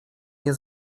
nie